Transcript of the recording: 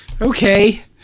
okay